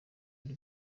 y’u